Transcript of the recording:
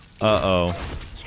Uh-oh